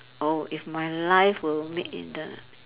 oh if my life were made in the